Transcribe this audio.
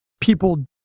people